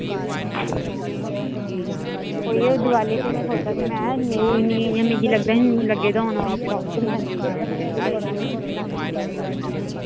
उ'ऐ देआली च में सोच्चै दी इ'यां मिगी लगदा लग्गे दे करी औने